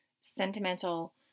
sentimental